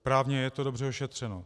Právně je to dobře ošetřeno.